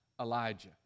Elijah